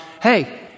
Hey